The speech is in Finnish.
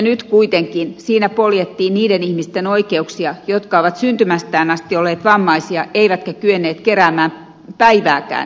nyt kuitenkin siinä poljettiin niiden ihmisten oikeuksia jotka ovat syntymästään asti olleet vammaisia eivätkä ole kyenneet keräämään päivääkään työeläkettä